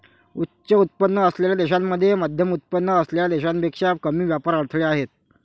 उच्च उत्पन्न असलेल्या देशांमध्ये मध्यमउत्पन्न असलेल्या देशांपेक्षा कमी व्यापार अडथळे आहेत